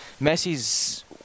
Messi's